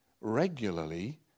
regularly